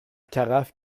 carafe